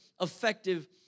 effective